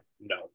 no